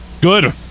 Good